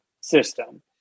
system